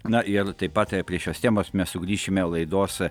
na ir taip pat prie šios temos mes sugrįšime laidos